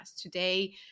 Today